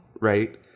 right